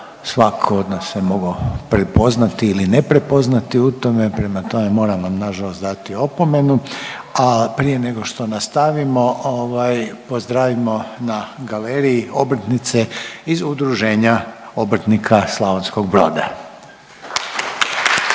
svako od nas se mogao prepoznati ili ne prepoznati u tome, prema tome moram vam nažalost dati opomenu. A prije nego što nastavimo ovaj pozdravimo na galeriji obrtnice iz Udruženja obrtnika Slavonskog Broda…/Pljesak/….